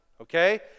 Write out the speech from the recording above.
Okay